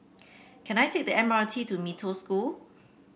can I take the M R T to Mee Toh School